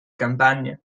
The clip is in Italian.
campagne